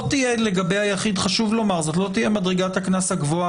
לגבי היחיד חשוב לומר שזאת לא תהיה מדרגת הקנס הגבוהה,